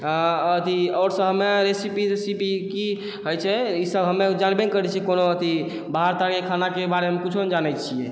अथी आओर सब हमे रेसिपी तेसिपी की होइ छै ई सब हमे जानबे नहि करै छी कोनो अथी बहार तहारके खानाके बारेमे किछो नहि जानै छिए